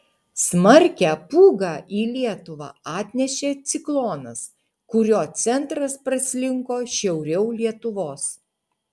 smarkią pūgą į lietuvą atnešė ciklonas kurio centras praslinko šiauriau lietuvos